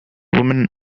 women